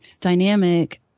dynamic